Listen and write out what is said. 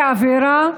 נפגעי עבירה,